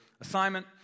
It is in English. assignment